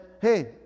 hey